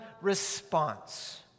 response